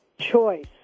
Choice